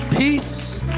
Peace